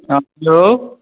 हँ हेलो